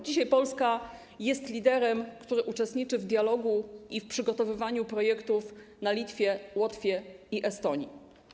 Dzisiaj Polska jest liderem, krajem, który uczestniczy w dialogu i w przygotowywaniu projektów na Litwie, Łotwie i w Estonii.